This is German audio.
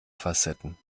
facetten